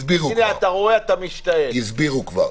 הסבירו כבר.